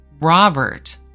Robert